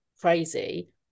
crazy